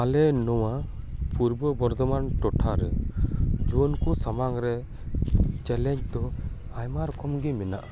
ᱟᱞᱮ ᱱᱚᱶᱟ ᱯᱩᱨᱵᱚ ᱵᱚᱨᱫᱚᱢᱟᱱ ᱴᱚᱴᱷᱟ ᱨᱮ ᱡᱩᱣᱟᱹᱱ ᱠᱚ ᱥᱟᱢᱟᱝ ᱨᱮ ᱪᱮᱞᱮᱧᱡ ᱫᱚ ᱟᱭᱢᱟ ᱨᱚᱠᱚᱢ ᱜᱮ ᱢᱮᱱᱟᱜᱼᱟ